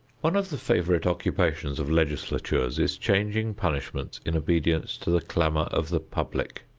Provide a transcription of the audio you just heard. one of the favorite occupations of legislatures is changing punishments in obedience to the clamor of the public.